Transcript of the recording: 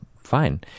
fine